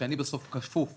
ואני בסוף כפוף לתקציב,